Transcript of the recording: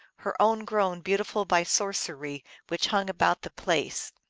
her own grown beautiful by sorcery which hung about the place.